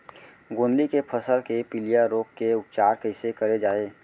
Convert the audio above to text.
गोंदली के फसल के पिलिया रोग के उपचार कइसे करे जाये?